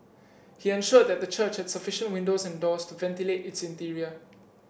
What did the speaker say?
he ensured that the church had sufficient windows and doors to ventilate its interior